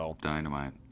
Dynamite